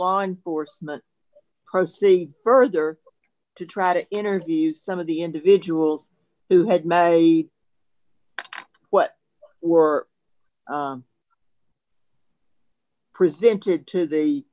law enforcement proceed further to try to interview some of the individuals who had a what were presented to the